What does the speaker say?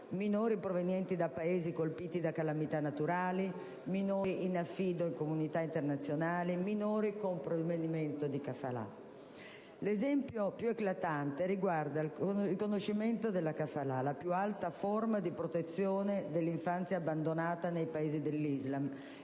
(minori provenienti da Paesi colpiti da calamità naturali, minori in affido internazionale, minori con provvedimento di *kafala*). L'esempio più eclatante riguarda il riconoscimento della *kafala*, la più alta forma di protezione dell'infanzia abbandonata nei Paesi dell'Islam,